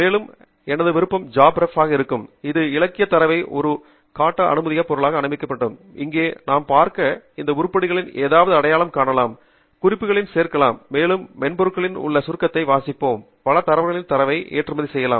மேலும் எனது விருப்பம் ஜாப்ரெப் ஆக இருக்கும் இது இலக்கியத் தரவை ஒரு விரிதாளாக காட்ட அனுமதிக்கும் மென்பொருளாகும் இங்கே நாம் பார்க்க முடியும் இந்த உருப்படிகளில் ஏதாவது அடையாளம் காணலாம் குறிப்புகளை சேர்க்கலாம் மேலும் மென்பொருளினுள் உள்ள சுருக்கத்தை வாசிப்போம் பல தரங்களில் தரவை ஏற்றுமதி செய்யலாம்